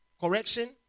correction